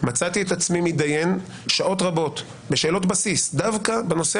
מצאתי את עצמי מתדיין שעות רבות בשאלות בסיס דווקא בנושא